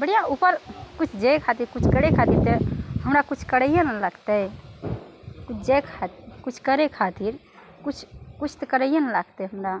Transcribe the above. बढ़िऑं उपर किछु जाय खातिर किछु करै खातिर तऽ हमरा किछु करैये ने लागतै किछु जाय खाति किछु करै खातिर किछु किछु तऽ करैए ने लागतै हमरा